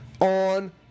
on